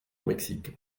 mexique